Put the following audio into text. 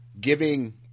Giving